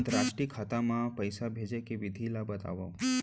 अंतरराष्ट्रीय खाता मा पइसा भेजे के विधि ला बतावव?